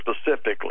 specifically